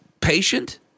patient